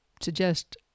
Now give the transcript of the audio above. suggest